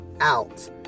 out